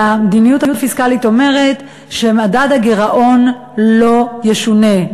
שהמדיניות הפיסקלית אומרת שמדד הגירעון לא ישונה.